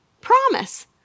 promise